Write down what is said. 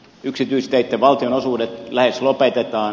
yksityisteitten valtionosuudet lähes lopetetaan